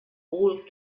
old